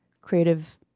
creative